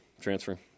transfer